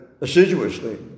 assiduously